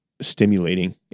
stimulating